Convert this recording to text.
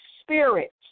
spirits